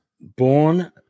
Born